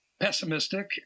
Pessimistic